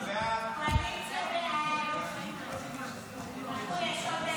סעיפים 1 3 נתקבלו.